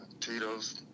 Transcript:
Tito's